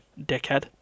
dickhead